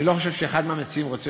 אני לא חושב שאחד המציעים רוצה